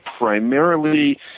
primarily